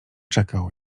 czekał